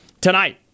tonight